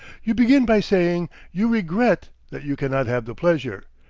you begin by saying, you regret that you cannot have the pleasure.